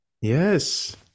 Yes